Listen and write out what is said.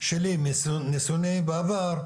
שלי מניסיוני בעבר,